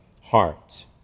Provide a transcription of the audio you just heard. hearts